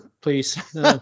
please